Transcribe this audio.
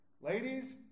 Ladies